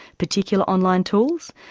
particular online tools.